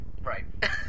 Right